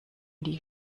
die